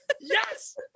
Yes